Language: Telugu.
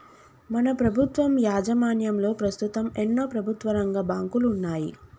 మన ప్రభుత్వం యాజమాన్యంలో పస్తుతం ఎన్నో ప్రభుత్వరంగ బాంకులున్నాయి